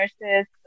nurses